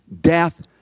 death